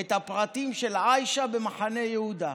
את הפרטים של עיישה במחנה יהודה,